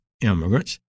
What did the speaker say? immigrants